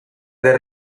del